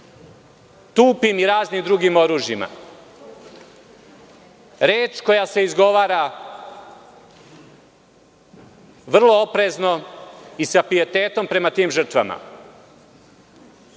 tupim i raznim drugim oružjima. Reč koja se izgovara vrlo oprezno i sa pijetetom prema tim žrtvama.